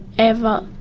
ever,